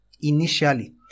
initially